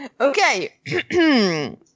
Okay